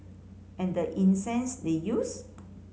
and the incense they used